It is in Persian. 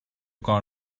کار